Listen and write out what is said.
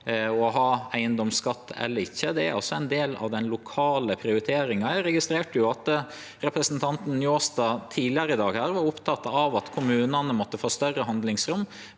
å ha eigedomsskatt eller ikkje, er ein del av den lokale prioriteringa. Eg registrerte jo at representanten Njåstad tidlegare i dag var oppteken av at kommunane måtte få større handlingsrom.